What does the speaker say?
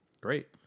Great